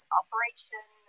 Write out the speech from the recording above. operation